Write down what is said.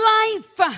life